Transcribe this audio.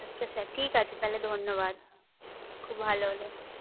আচ্ছা স্যার ঠিক আছে তাহলে ধন্যবাদ খুব ভালো হল